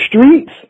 streets